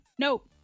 Nope